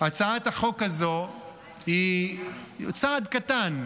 הצעת החוק הזאת היא צעד קטן.